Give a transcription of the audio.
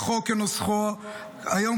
לפי החוק כנוסחו היום,